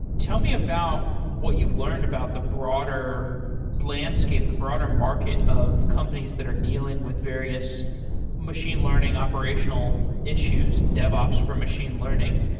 tell me about what you've learned about the broader landscape, the broader market of companies that are dealing with various machine learning operational issues, devops for machine learning?